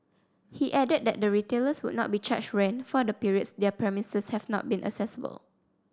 he added that the retailers would not be charged rent for the periods their premises have not been accessible